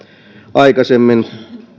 aikaisemmin